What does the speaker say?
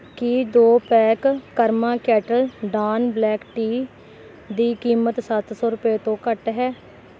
ਕੀ ਦੋ pack Karma kettle don black tea ਦੀ ਕੀਮਤ ਸੱਤ ਸੌ ਰੁਪਏ ਤੋਂ ਘੱਟ ਹੈ